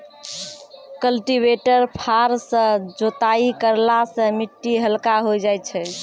cultivator फार सँ जोताई करला सें मिट्टी हल्का होय जाय छै